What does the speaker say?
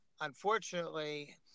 unfortunately